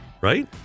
right